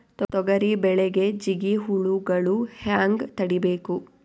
ತೊಗರಿ ಬೆಳೆಗೆ ಜಿಗಿ ಹುಳುಗಳು ಹ್ಯಾಂಗ್ ತಡೀಬೇಕು?